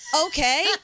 okay